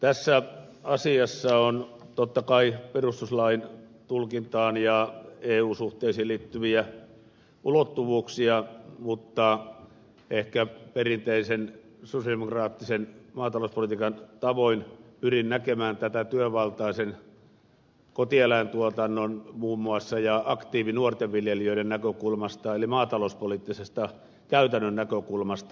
tässä asiassa on totta kai perustuslain tulkintaan ja eu suhteisiin liittyviä ulottuvuuksia mutta ehkä perinteisen sosialidemokraattisen maatalouspolitiikan tavoin pyrin näkemään tätä muun muassa työvaltaisen kotieläintuotannon ja nuorten aktiiviviljelijöiden näkökulmasta eli maatalouspoliittisesta käytännön näkökulmasta